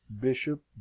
bishop